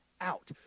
out